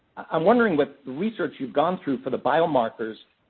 i'm wondering, with the research you've gone through for the bio-markers,